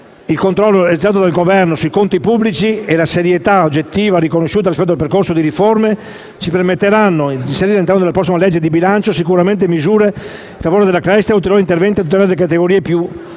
il controllo esercitato dal Governo sui conti pubblici e la serietà oggettiva riconosciuta rispetto al percorso di riforme ci permetteranno di inserire all'interno della prossima legge di bilancio sicuramente misure in favore della crescita e ulteriori interventi a tutela delle categorie più colpite